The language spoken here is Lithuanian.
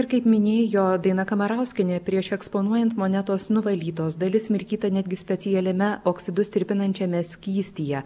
ir kaip minėjo daina kamarauskienė prieš eksponuojant monetos nuvalytos dalis mirkyta netgi specialiame oksidus talpinančiame skystyje